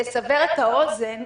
לסבר את האוזן,